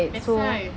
that's why